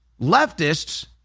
leftists